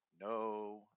no